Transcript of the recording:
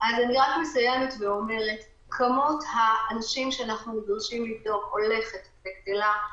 אני רק מסיימת ואומרת: כמות האנשים שאנחנו נדרשים לבדוק הולכת וגדלה.